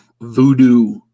voodoo